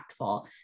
impactful